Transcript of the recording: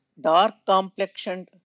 dark-complexioned